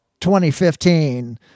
2015